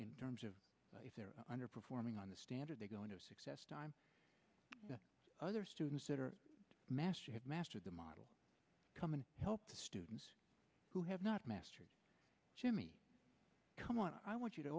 in terms of underperforming on the standard they go into success time the other students that are master have mastered the model come in to help the students who have not mastered jimmy come on i want you to